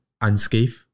unscathed